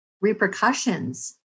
repercussions